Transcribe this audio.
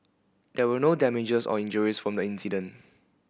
there were no damages or injuries from the incident